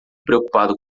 preocupado